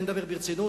אני מדבר ברצינות,